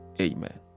Amen